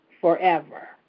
forever